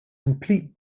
complete